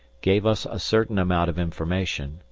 gave us a certain amount of information,